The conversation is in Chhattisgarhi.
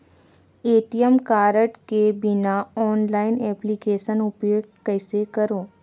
ए.टी.एम कारड के बिना ऑनलाइन एप्लिकेशन उपयोग कइसे करो?